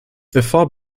before